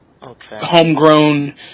homegrown